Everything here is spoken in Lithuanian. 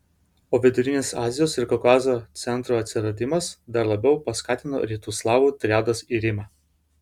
o vidurinės azijos ir kaukazo centrų atsiradimas dar labiau paskatino rytų slavų triados irimą